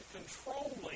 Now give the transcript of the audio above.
controlling